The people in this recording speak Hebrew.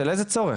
של איזה צורך?